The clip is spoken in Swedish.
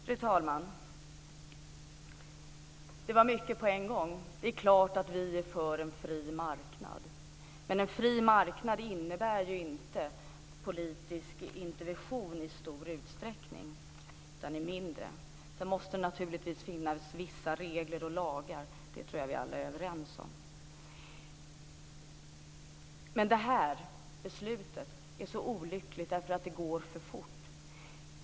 Fru talman! Det var mycket på en gång. Det är klart att vi är för en fri marknad. Men en fri marknad innebär inte politisk intervention i stor utan i mindre utsträckning. Sedan måste det naturligtvis finnas vissa regler och lagar, det tror jag att vi alla är överens. Men det här beslutet är så olyckligt, därför att det går för fort.